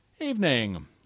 Evening